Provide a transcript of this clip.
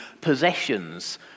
possessions